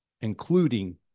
including